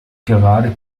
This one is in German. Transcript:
gerade